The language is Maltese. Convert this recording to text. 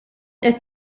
qed